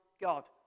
God